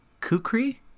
kukri